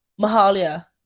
Mahalia